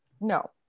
No